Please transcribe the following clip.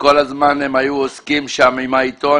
כל הזמן הם היו עוסקים שם עם העיתון,